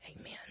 Amen